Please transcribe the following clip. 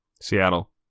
Seattle